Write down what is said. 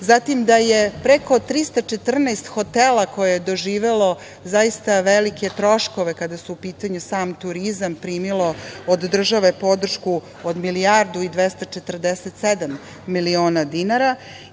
zatim, da je preko 314 hotela koje je doživelo zaista velike troškove kada je u pitanju sam turizam primilo od države podršku od milijardu i 247 miliona dinara